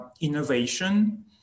innovation